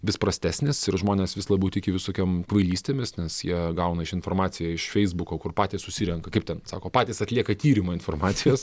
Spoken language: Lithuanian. vis prastesnis ir žmonės vis labiau tiki visokiom kvailystėmis nes jie gauna iš informaciją iš feisbuko kur patys susirenka kaip ten sako patys atlieka tyrimą informacijos